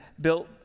built